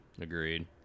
Agreed